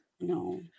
No